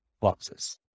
boxes